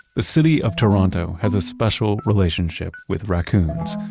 the city of toronto has a special relationship with raccoons,